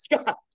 Scott